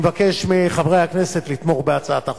אני מבקש מחברי הכנסת לתמוך בהצעת החוק.